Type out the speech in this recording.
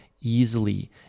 easily